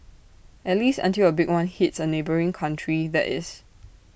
at least until A big one hits A neighbouring country that is